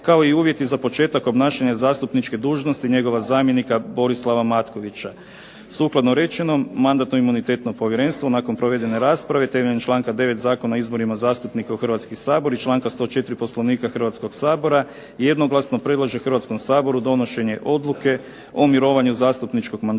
kao i uvjeti za početak obnašanja zastupničke dužnosti njegova zamjenika Borislava Matkovića. Sukladno rečenom Mandatno-imunitetno povjerenstvo nakon provedene rasprave, temeljem članka 9. Zakona o izborima zastupnika u Hrvatski sabor, i članka 104. Poslovnika Hrvatskog sabora jednoglasno predlaže Hrvatskom saboru donošenje odluke o mirovanju zastupničkog mandata